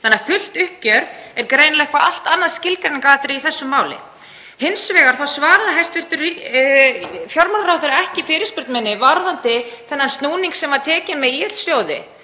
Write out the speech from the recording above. þannig að fullt uppgjör er greinilega eitthvað allt annað skilgreiningaratriði í þessu máli. Hins vegar svaraði hæstv. fjármálaráðherra ekki fyrirspurn minni varðandi þennan snúning sem var tekinn með ÍL-sjóð